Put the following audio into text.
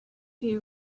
you